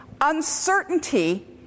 uncertainty